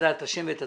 וזה